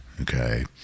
Okay